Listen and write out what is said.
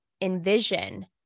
envision